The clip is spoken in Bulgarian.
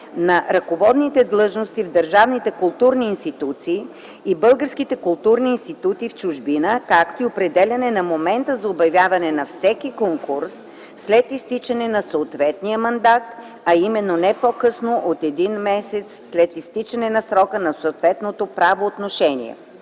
на ръководните длъжности в държавните културни институти и българските културни институти в чужбина, както и определяне на момента за обявяване на всеки конкурс след изтичане на съответния мандат, а именно не по-късно от един месец след изтичането на срока на съответното правоотношение.